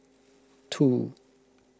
two